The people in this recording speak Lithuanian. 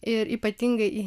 ir ypatingai